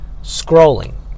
scrolling